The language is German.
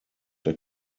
der